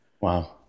Wow